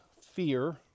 fear